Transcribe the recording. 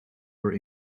were